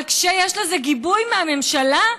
אבל כשיש לזה גיבוי מהממשלה,